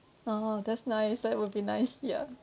oh that's nice that would be nice ya